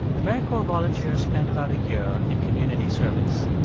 americorps volunteers spend about a year in community service.